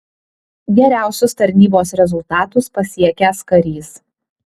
geriausius tarnybos rezultatus pasiekęs karys